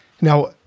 Now